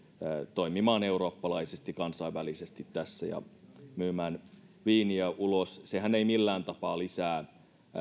toimimaan eurooppalaisesti kansainvälisesti tässä ja myymään viiniä ulos sehän ei millään tapaa lisää